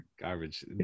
Garbage